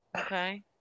Okay